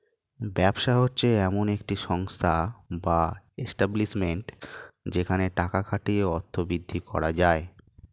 ব্যবসা হচ্ছে এমন একটি সংস্থা বা এস্টাব্লিশমেন্ট যেখানে টাকা খাটিয়ে অর্থ বৃদ্ধি করা যায়